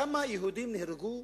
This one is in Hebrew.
כמה יהודים נהרגו